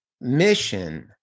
mission